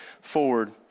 forward